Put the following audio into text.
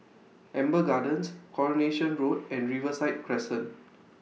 Amber Gardens Coronation Road and Riverside Crescent